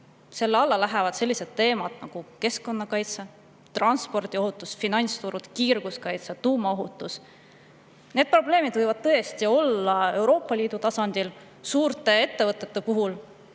Selle alla lähevad sellised teemad nagu keskkonnakaitse, transpordiohutus, finantsturud, kiirguskaitse, tuumaohutus. Sellised probleemid võivad tõesti olla Euroopa Liidu tasandil suurtes ettevõtetes.